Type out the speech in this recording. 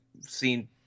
seen